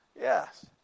Yes